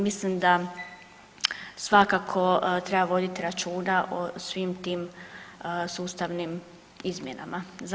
Mislim da svakako treba vodit računa o svim tim sustavnim izmjenama.